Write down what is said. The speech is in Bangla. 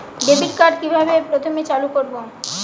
ডেবিটকার্ড কিভাবে প্রথমে চালু করব?